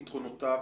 יתרונותיו